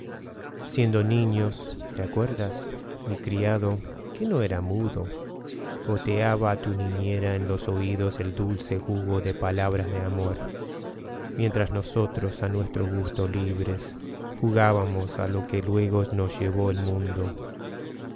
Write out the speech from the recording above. siendo niños te acuerdas mi criado que no era mudo goteaba á tu niñera en los oidos el dulce jugo de palabras de amor mientras nosotros á nuestro gusto libres jugábamos á lo que luego nos llevó el mundo